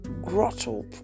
grotto